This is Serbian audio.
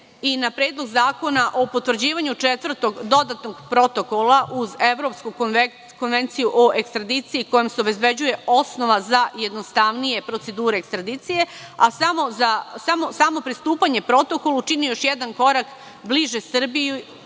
i na Predlog zakona o potvrđivanju četvrtog dodatnog protokola uz Evropsku konvenciju o ekstradiciji kojom se obezbeđuje osnova za jednostavnije procedure ekstradicije, a samo pristupanje protokolu čini još jedan korak bliže za Srbiju